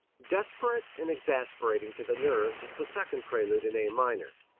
desperate and exasperating to the nerves is the second prelude in a minor.